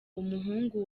umuhungu